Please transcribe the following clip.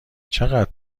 چقدر